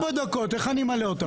איך אני אמלא אותן?